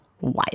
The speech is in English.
wild